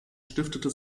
stiftete